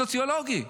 סוציולוגי,